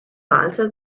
walzer